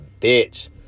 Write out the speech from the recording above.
bitch